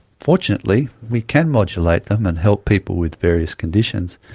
fortunately we can modulate them and help people with various conditions.